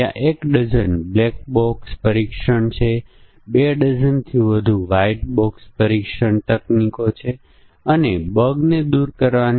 માત્ર એક ખૂબ જ નાનો કેસ પરંતુ આપણી પાસે જુદા જુદા ઘટકો માટે વધુ જટિલ સ્ટેટ રજૂઆત હોઈ શકે છે